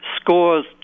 scores